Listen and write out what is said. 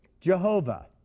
Jehovah